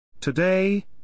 Today